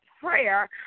prayer